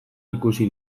ikusi